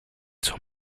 zur